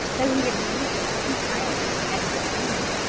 though he had managed to peep round, had not seen it.